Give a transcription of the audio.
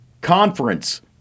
conference